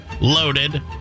loaded